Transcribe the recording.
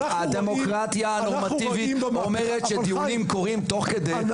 הדמוקרטיה הנורמטיבית אומרת שדיונים מתרחשים תוך כדי חקיקה.